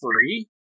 three